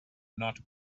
not